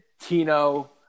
Tino